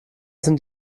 sind